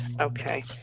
Okay